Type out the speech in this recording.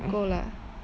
but 不够 lah